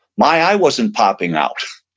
my eye wasn't popping out.